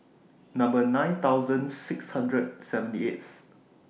nine thousand six hundred seventy eighth